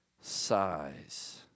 size